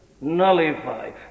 nullify